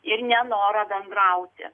ir nenorą bendrauti